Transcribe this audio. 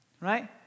Right